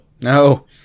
no